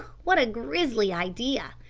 what a grisly idea?